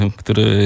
który